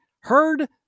heard